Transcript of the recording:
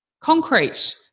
concrete